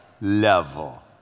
level